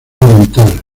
oriental